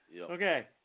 Okay